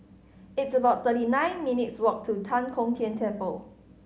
it's about thirty nine minutes' walk to Tan Kong Tian Temple